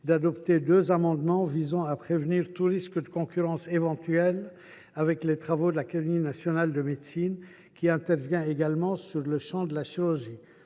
d’adopter deux amendements tendant à prévenir tout risque de concurrence éventuelle avec les travaux de l’Académie nationale de médecine, laquelle intervient également dans le champ de la chirurgie.